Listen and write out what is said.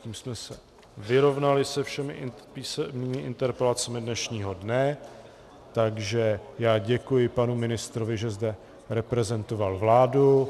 Tím jsme se vyrovnali se všemi písemnými interpelacemi dnešního dne, takže děkuji panu ministrovi, že zde reprezentoval vládu.